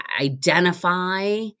identify